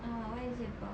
oh what is it about